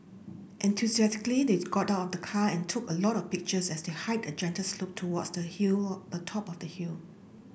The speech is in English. enthusiastically they've got out the car and took a lot of pictures as they hiked up a gentle slope towards the hill of a top of the hill